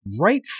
right